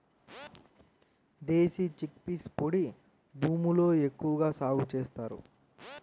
దేశీ chickpeas పొడి భూముల్లో ఎక్కువగా సాగు చేస్తారు